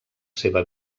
seva